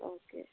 okay